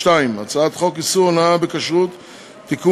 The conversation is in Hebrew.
2. הצעת חוק איסור הונאה בכשרות (תיקון,